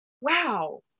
wow